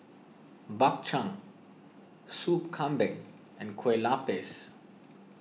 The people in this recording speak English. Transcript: Bak Chang Sop Kambing and Kueh Lopes